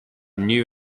new